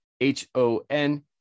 h-o-n